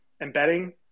embedding